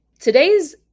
Today's